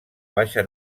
baixa